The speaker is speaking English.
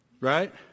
Right